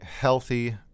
healthy